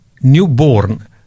Newborn